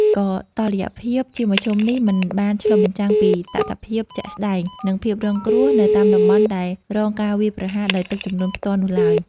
ក៏តុល្យភាពជាមធ្យមនេះមិនបានឆ្លុះបញ្ចាំងពីតថភាពជាក់ស្តែង និងភាពរងគ្រោះនៅតាមតំបន់ដែលរងការវាយប្រហារដោយទឹកជំនន់ផ្ទាល់នោះឡើយ។